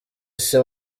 isi